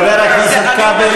חבר הכנסת כבל.